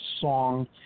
song